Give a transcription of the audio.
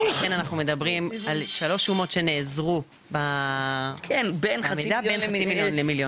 לכן אנחנו מדברים על שלוש שומות שנעזרו במידע בין חצי מיליון למיליון.